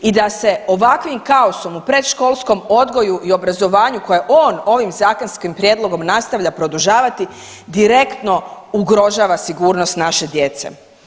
I da se ovakvim kaosom u predškolskom odgoju i obrazovanju koje on ovim zakonskim prijedlogom nastavlja produžavati direktno ugrožava sigurnost naše djece.